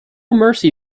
mercy